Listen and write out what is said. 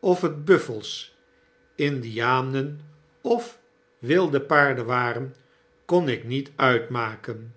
of het buffels indianen of wilde paarden waren kon ik niet uitmaken